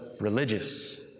religious